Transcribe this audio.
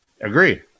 Agree